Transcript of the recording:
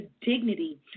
dignity